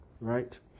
Right